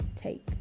take